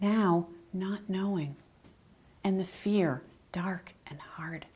now not knowing and the fear dark and hard